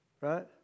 Right